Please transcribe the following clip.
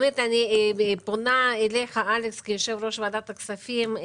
אני פונה אליך, אלכס, כיושב-ראש ועדת הכספים.